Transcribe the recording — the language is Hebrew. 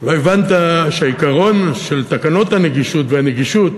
לא הבנת שהעיקרון של תקנות הנגישות, והנגישות,